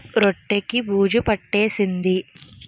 రొట్టె కి బూజు పట్టేసింది